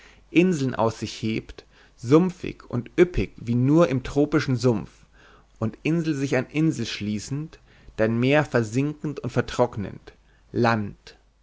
inseln aus sich hebt sumpfig und üppig wie nur im tropischen sumpf und insel sich an insel schließend dein meer versinkend und vertrocknend land